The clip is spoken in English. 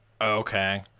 Okay